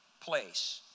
place